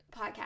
podcast